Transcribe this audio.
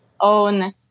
own